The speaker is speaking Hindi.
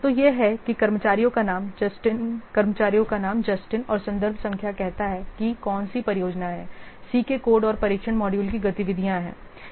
तो यह है कि कर्मचारियों का नाम जस्टिन और संदर्भ संख्या कहता है कि कौन सी परियोजना C के कोड और परीक्षण मॉड्यूल की गतिविधियां हैं